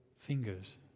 fingers